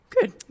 Good